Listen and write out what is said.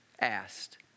asked